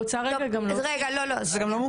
רגע לא, לא.